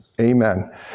Amen